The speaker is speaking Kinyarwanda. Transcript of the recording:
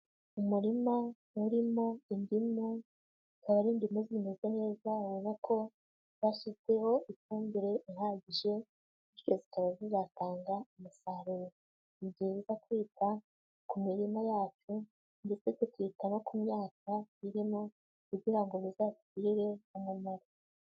Umurima urimo indimu, zikaba ari indimu zimeze neza ubona ko bashyizeho ifumbire ihagije, bityo zikaba zizatanga umusaruro. Ni byiza kwita ku mirima yacu, ndetse tukita no ku myaka birimo kugira ngo bizagirire umumaro.